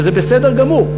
שזה בסדר גמור.